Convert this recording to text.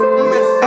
miss